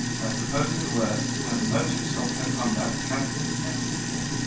by supposing the worst where the motives of her conduct have been doubtful.